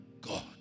God